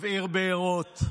מבעיר בעירות.